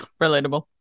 Relatable